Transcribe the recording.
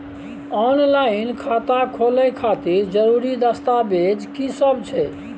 Online खाता खोले खातिर जरुरी दस्तावेज की सब छै?